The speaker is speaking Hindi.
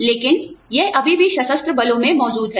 लेकिन यह अभी भी सशस्त्र बलों में मौजूद है